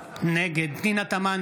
בעד אליהו רביבו, בעד מטי צרפתי הרכבי,